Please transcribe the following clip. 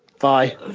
Bye